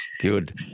Good